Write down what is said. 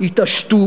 יתעשתו.